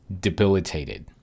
debilitated